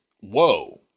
whoa